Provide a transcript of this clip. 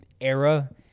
era